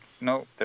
no